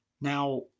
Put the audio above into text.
Now